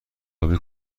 آبی